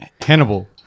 Hannibal